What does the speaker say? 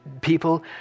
people